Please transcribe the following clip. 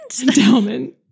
Endowment